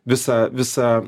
visą visą